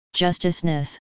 justiceness